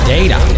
Data